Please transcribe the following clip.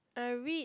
I read